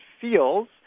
feels